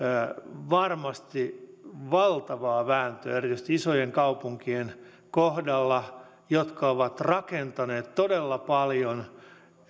varmasti valtavaa vääntöä erityisesti isojen kaupunkien kohdalla jotka ovat rakentaneet todella paljon